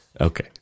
Okay